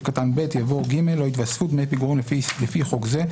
קטן (ב) יבוא: "(ג)לא יתווספו דמי פיגורים לפי חוק זה,